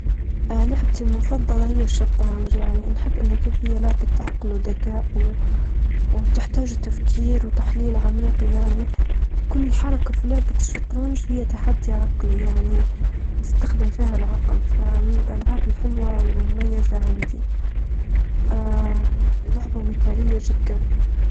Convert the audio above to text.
اه لعبتي المفضلة هي الشطرنج يعني نحب انه كيف هي لعبة عقل وذكاء وبتحتاج تفكير وتحليل عميق يعني كل حركة في لعبة شطرنج هي تحدي عقلي يعني تستخدم فيها العقل فمن الالعاب الحلوة والمميزة عندي لعبة مثالية جدا.